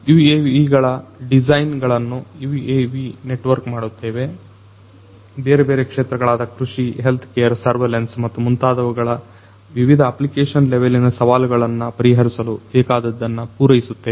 UAV ಗಳ design ಗಳನ್ನು UAV network ಮಾಡುತ್ತೇವೆ ಬೇರೆಬೇರೆ ಕ್ಷೇತ್ರಗಳಾದ ಕೃಷಿ ಹೆಲ್ತ್ ಕೇರ್ ಸರ್ವೆಲೆನ್ಸ್ ಮತ್ತು ಮುಂತಾದವುಗಳ ವಿವಿಧ ಅಪ್ಲಿಕೇಶನ್ ಲೆವೆಲ್ಲಿನ ಸವಾಲುಗಳನ್ನು ಪರಿಹರಿಸಲು ಬೇಕಾದದ್ದನ್ನು ಪೂರೈಸುತ್ತೇವೆ